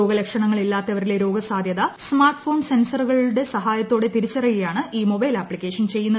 രോഗലക്ഷണങ്ങൾ ഇല്ലാത്തവരിലെ രോഗ സാധൃത സ്മാർട്ട്ഫോൺ സെൻസറുകളുടെ സഹായത്തോട്ടെ തിരിച്ചറിയുകയാണ് ഇൌ മൊബൈൽ ആപ്തിക്കേഷൻ ചെയ്യുന്നത്